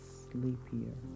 sleepier